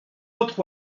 autre